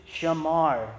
shamar